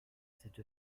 cette